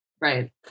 Right